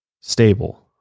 Stable